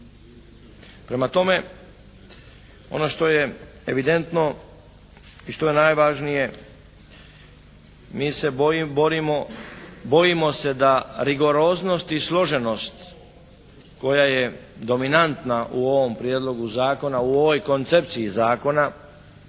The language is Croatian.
Prema tome ono što je evidentno i što je najvažnije mi se borimo, bojimo se da rigoroznost i složenost koja je dominantna u ovom Prijedlogu zakona, u ovoj koncepciji zakona